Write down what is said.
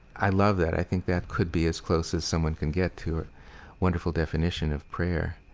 i love that. i think that could be as close as someone can get to a wonderful definition of prayer.